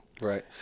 Right